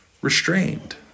restrained